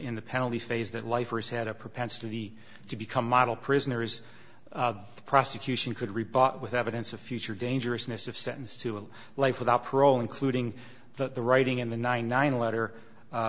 n the penalty phase that lifers had a propensity to become model prisoners the prosecution could rebought with evidence of future dangerousness of sentenced to a life without parole including the writing in the ninety nine letter